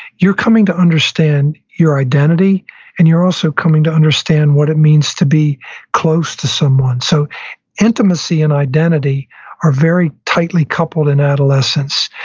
you're coming to understand your identity and you're also coming to understand what it means to be close to someone. so intimacy and identity are very tightly coupled in adolescence.